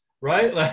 right